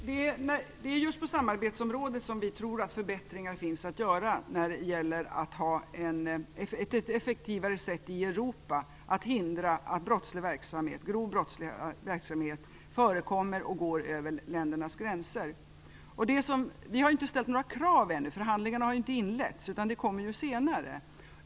Herr talman! Det är just på samarbetsområdet som vi tror att förbättringar finns att göra när det gäller att i Europa effektivare kunna förhindra att grov brottslig verksamhet förekommer och går över ländernas gränser. Vi har ju ännu inte ställt några krav. Förhandlingarna har inte inletts, utan detta kommer senare.